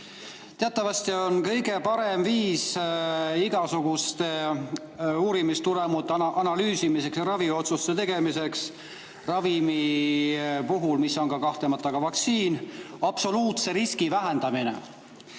Teatavasti on kõige parem viis igasuguste uurimistulemuste analüüsimiseks ja raviotsuste tegemiseks ravimi puhul, mida on kahtlemata ka vaktsiin, absoluutse riski vähendamine.